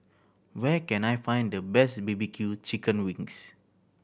where can I find the best B B Q chicken wings